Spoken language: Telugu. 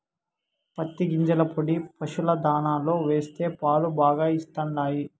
పత్తి గింజల పొడి పశుల దాణాలో వేస్తే పాలు బాగా ఇస్తండాయి